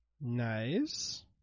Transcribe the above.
Nice